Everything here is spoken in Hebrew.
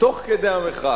תוך כדי המחאה.